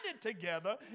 together